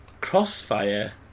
Crossfire